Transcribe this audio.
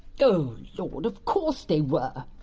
oh lord of course they were!